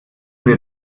wir